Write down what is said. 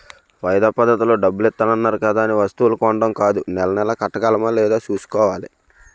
వాయిదా పద్దతిలో డబ్బులిత్తన్నారు కదా అనే వస్తువులు కొనీడం కాదూ నెలా నెలా కట్టగలమా లేదా సూసుకోవాలి